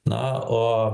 na o